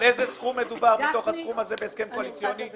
על איזה סכום מדובר בסכום הזה בהסכם קואליציוני,